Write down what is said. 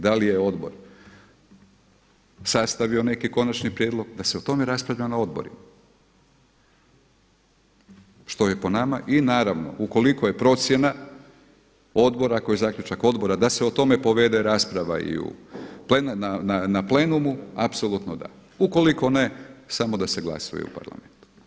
Da li je odbor sastavio neki konačni prijedlog da se o tome raspravlja na odborima, što je po nama i naravno ukoliko je procjena odbora koji je zaključak odbora da se o tome povede rasprava na plenumu, apsolutno da, ukoliko ne, samo da se glasuje u parlamentu.